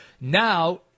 Now